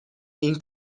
این